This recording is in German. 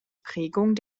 prägung